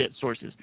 sources